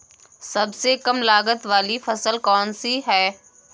सबसे कम लागत वाली फसल कौन सी है?